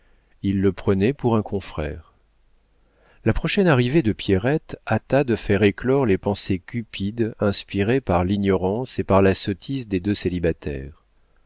il le prenait pour un confrère la prochaine arrivée de pierrette hâta de faire éclore les pensées cupides inspirées par l'ignorance et par la sottise des